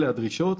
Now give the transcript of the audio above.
אלה הדרישות.